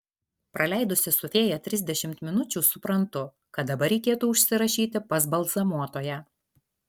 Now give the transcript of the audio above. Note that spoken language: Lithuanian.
praleidusi su fėja trisdešimt minučių suprantu kad dabar reikėtų užsirašyti pas balzamuotoją